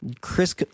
Chris